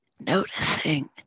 Noticing